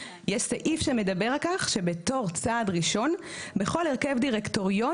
יש סעיף שמדבר על כך שבתור צעד ראשון בכל הרכב דירקטוריון